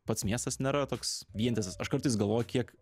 pats miestas nėra toks vientisas aš kartais galvoju kiek